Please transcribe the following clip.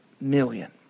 million